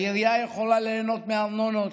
העירייה יכולה ליהנות מארנונות,